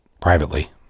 privately